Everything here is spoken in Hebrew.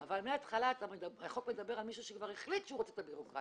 אבל מהתחלה החוק מדבר על מישהו שכבר החליט שהוא רוצה את הביורוקרטיה.